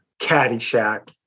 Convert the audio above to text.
Caddyshack